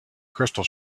crystal